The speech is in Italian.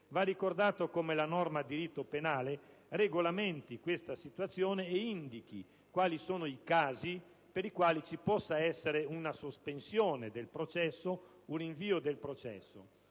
va ricordato come le norme del codice di procedura penale regolamentino questa situazione e indichino quali sono i casi per i quali ci possa essere una sospensione del processo, un rinvio del processo.